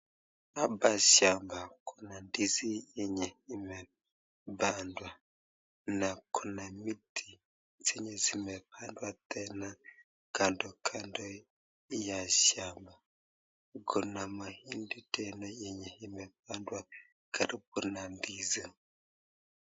Hapa shamba kuna ndizi yenye imepandwa na kuna miti zenye imepandwa tena kando kando ya shamba, kuna mahindi tena yenye imepandwa karibu na ndizi.